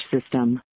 system